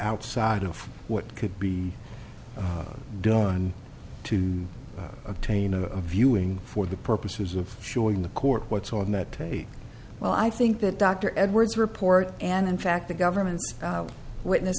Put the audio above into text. outside of what could be done to obtain a viewing for the purposes of showing the court what's on that tape well i think that dr edwards report and in fact the government witness